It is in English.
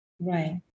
Right